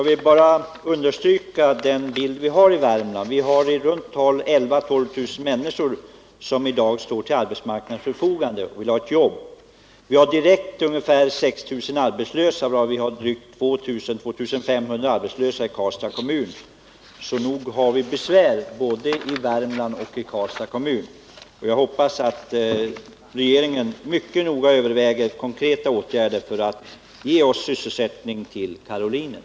I betänkandet framstår Nyköping som en tänkbar plats för lokalisering. Inte minst med tanke på de utfästelser tidigare regeringar gjort att kompensera Nyköping för nedläggelsen av F 11 borde denna verksamhet förläggas till Nyköping. Är kommunikationsministern beredd att medverka till att största hänsyn tas till tidigare givna löften att kompensera Nyköping för F 11:s nedläggning och medverka till att utbildning av flygförare till den civila luftfarten lokaliseras till Nyköping?